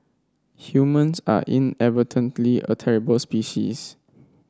humans are inadvertently a terrible species